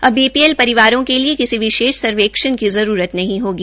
अब बीपीएल परिवारों के लिए किसी विशेष सर्वेक्षण की जरूरत नहीं होगी